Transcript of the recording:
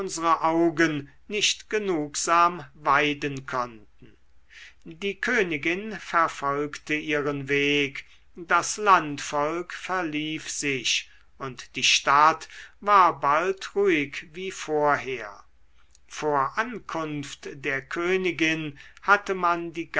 augen nicht genugsam weiden konnten die königin verfolgte ihren weg das landvolk verlief sich und die stadt war bald ruhig wie vorher vor ankunft der königin hatte man